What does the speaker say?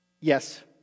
yes